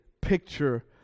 picture